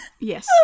Yes